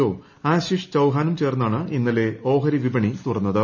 O Ashish ചൌഹാനും ചേർന്നാണ് ഇന്നലെ ഓഹരിവിപണി തുറന്നത്